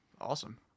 awesome